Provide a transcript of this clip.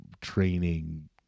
training